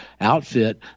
outfit